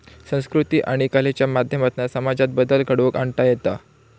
संकृती आणि कलेच्या माध्यमातना समाजात बदल घडवुन आणता येता